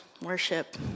worship